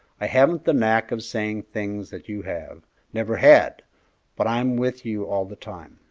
i haven't the knack of saying things that you have never had but i'm with you all the time.